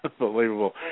unbelievable